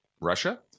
Russia